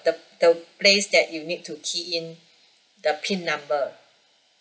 the the place that you need to key in the pin number